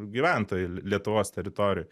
gyventojai lietuvos teritorijoj